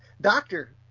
doctor